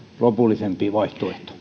lopullisempi vaihtoehto